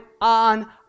on